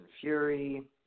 Fury